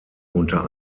unter